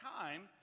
time